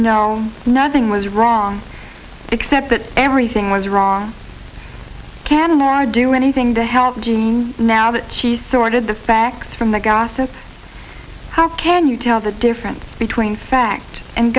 know nothing was wrong except that everything was wrong can are do anything to help you now that she sorted the facts from the gossip how can you tell the difference between fact and